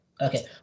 okay